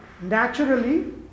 naturally